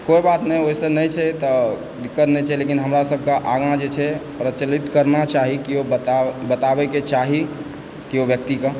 कोई बात नहि वैसे नहि छै तऽ दिक्कत नहि छै लेकिन हमरा सभके आगाँ जे छै प्रचलित करना चाही केओ बताबयके चाही केओ व्यक्तिकेँ